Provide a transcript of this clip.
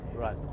Right